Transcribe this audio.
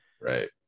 right